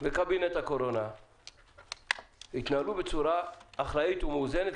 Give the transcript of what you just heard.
וקבינט הקורונה יתנהלו בצורה אחראית ומאוזנת,